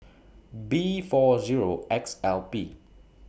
B four Zero X L P